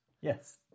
yes